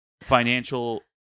financial